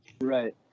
right